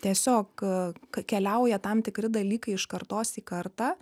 tiesiog keliauja tam tikri dalykai iš kartos į kartą